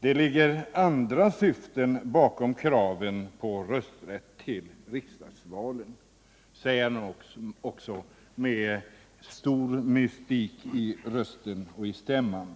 Det ligger andra syften bakom kraven på rösträtt till riksdagsvalen, säger han också, med stor mystik i stämman.